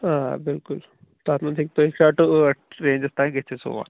آ بلکُل تَتھ منٛز ہیٚکہِ تۄہہِ شےٚ ٹُو ٲٹھ رینٛجس تانۍ گٔژھِتھ سون